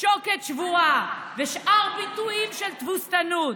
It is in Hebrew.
"שוקת שבורה" ושאר ביטויים של תבוסתנות?